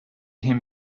him